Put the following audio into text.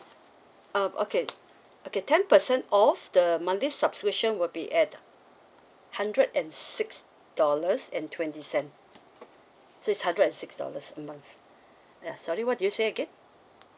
uh okay okay ten percent off the monthly subscription will be at hundred and six dollars and twenty cent so it's hundred and six dollars a month uh sorry what did you say again